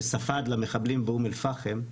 שספד למחבלים באום אל פאחם,